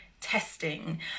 testing